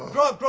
grog,